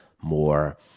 more